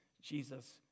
Jesus